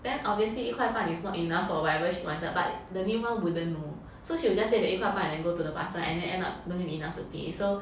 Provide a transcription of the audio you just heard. then obviously 一块半 is not enough for whatever she wants but the new one wouldn't know so she will just take the 一块半 and go to the 巴刹 and then end up don't have enough to pay so